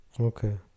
Okay